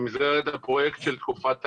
במסגרת הפרויקט של תקופת הקורונה.